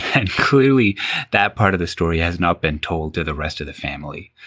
and clearly that part of the story has not been told to the rest of the family.